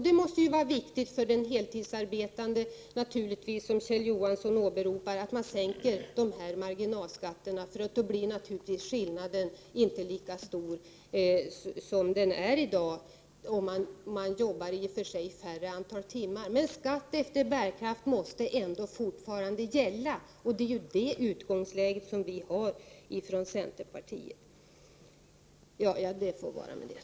Det är naturligtvis viktigt för den heltidsarbetande — som Kjell Johansson sade — att man sänker marginalskatten, för då blir skillnaden inte lika stor som i dag, om man jobbar färre antal timmar. Men skatt efter bärkraft måste ändå fortfarande vara det som gäller, och det är detta utgångsläge vi inom centerpartiet har. Jag nöjer mig med detta för ögonblicket.